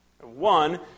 One